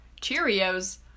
Cheerios